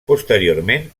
posteriorment